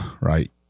right